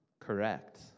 Correct